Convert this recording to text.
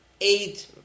eight